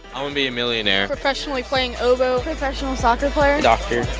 um and be a millionaire professionally playing oboe professional soccer player a doctor,